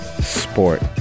sport